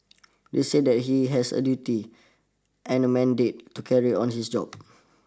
they said that he has a duty and a mandate to carry on his job